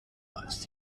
als